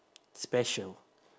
special